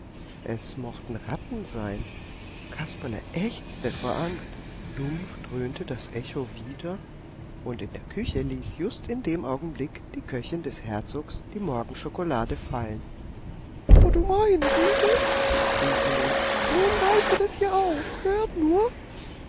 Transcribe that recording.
es mochten ratten sein kasperle ächzte vor angst dumpf dröhnte das echo wieder und in der küche ließ just in dem augenblick die köchin des herzogs die morgenschokolade fallen o du meine güte schrie sie nun geistert es hier auch hört nur